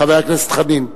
חבר הכנסת חנין,